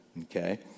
okay